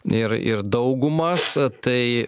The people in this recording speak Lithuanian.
ir ir daugumas tai